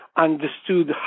Understood